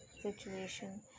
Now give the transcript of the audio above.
Situation